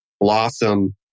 blossom